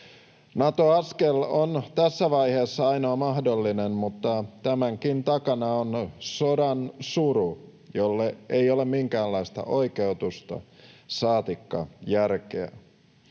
Nato-askel on tässä vaiheessa ainoa mahdollinen, mutta tämänkin takana on sodan suru, jolle ei ole minkäänlaista oikeutusta saatikka järkeä.